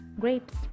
grapes